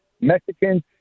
Mexicans